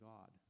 God